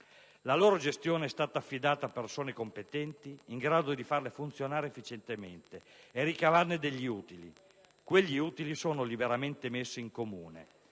La loro gestione è stata affidata a persone competenti, in grado di farle funzionare efficientemente e ricavarne degli utili, che lì sono veramente messi in comune.